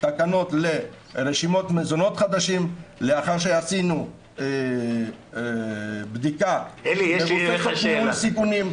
תקנות לרשימות מזונות חדשים לאחר שעשינו בדיקה מול סיכונים.